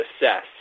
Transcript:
assess